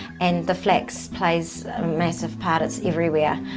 and the flax plays a massive part it's everywhere.